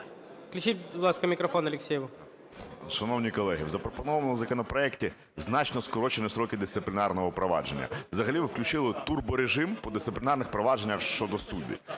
Включіть, будь ласка, мікрофон Алєксєєву. 11:21:37 АЛЄКСЄЄВ С.О. Шановні колеги! В запропонованому законопроекті значно скорочені строки дисциплінарного провадження. Взагалі ви включили турборежим по дисциплінарних провадженнях щодо суддів.